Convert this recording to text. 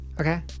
Okay